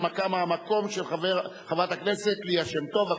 הנמקה מהמקום של חברת הכנסת ליה שמטוב.